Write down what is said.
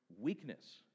weakness